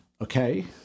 Okay